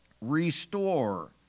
restore